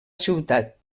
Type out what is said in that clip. ciutat